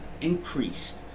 Increased